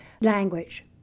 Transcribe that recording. language